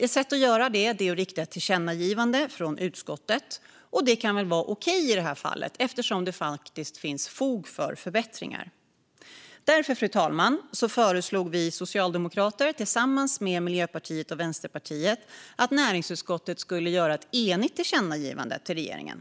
Ett sätt att göra det är att rikta ett tillkännagivande från utskottet. Och det kan väl vara okej i det här fallet eftersom det faktiskt finns fog för förbättringar. Därför, fru talman, föreslog vi socialdemokrater tillsammans med Miljöpartiet och Vänsterpartiet att näringsutskottet skulle göra ett enigt tillkännagivande till regeringen.